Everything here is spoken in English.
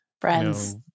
friends